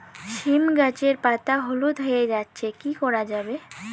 সীম গাছের পাতা হলুদ হয়ে যাচ্ছে কি করা যাবে?